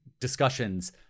discussions